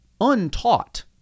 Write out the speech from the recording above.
untaught